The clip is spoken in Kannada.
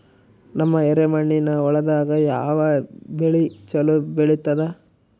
ನಮ್ಮ ಎರೆಮಣ್ಣಿನ ಹೊಲದಾಗ ಯಾವ ಬೆಳಿ ಚಲೋ ಬೆಳಿತದ?